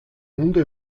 hunde